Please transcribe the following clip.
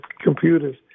computers